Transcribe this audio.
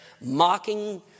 Mocking